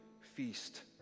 feast